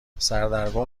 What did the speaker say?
سردرگم